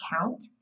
count